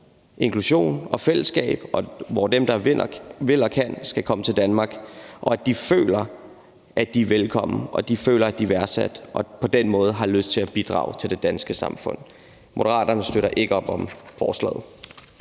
inklusion og fællesskab, og hvor dem, der vil og kan, kan komme, og hvor de føler, at de er velkomne, og hvor de føler, at de er værdsat og på den måde har lyst til at bidrage til det danske samfund. Moderaterne støtter ikke op om forslaget.